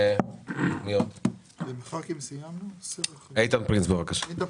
איתן פרנס.